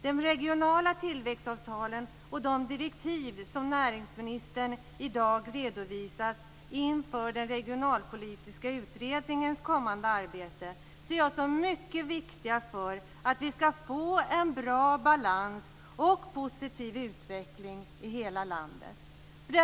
De regionala tillväxtavtalen och de direktiv som näringsministern i dag har redovisat inför den regionalpolitiska utredningens kommande arbete ser jag som mycket viktiga för att vi skall få en bra balans och positiv utveckling i hela landet.